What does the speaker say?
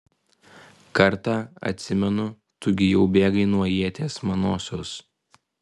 kartą atsimenu tu gi jau bėgai nuo ieties manosios